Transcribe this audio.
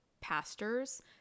pastors